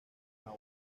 edad